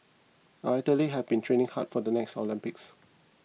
our athletes have been training hard for the next Olympics